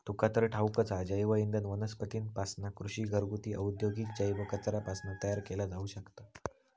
तुका तर ठाऊकच हा, जैवइंधन वनस्पतींपासना, कृषी, घरगुती, औद्योगिक जैव कचऱ्यापासना तयार केला जाऊ शकता